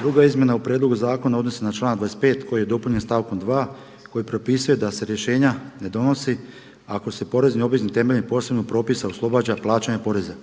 druga izmjena u prijedlogu zakona odnosi se na član 25. koji je dopunjen stavkom 2 koji propisuje da se rješenja ne donosi ako se porezni obveznik temeljem posebnog propisa oslobađa plaćanja poreza.